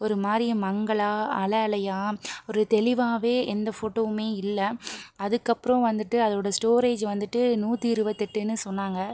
ஒரு மாதிரி மங்கலாக அலை அலையாக ஒரு தெளிவாகவே எந்த ஃபோட்டோவுமே இல்லை அதுக்கப்புறம் வந்துட்டு அதோட ஸ்டோரேஜ் வந்துட்டு நூற்றி இருபத்தெட்டுன்னு சொன்னாங்க